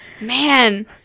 man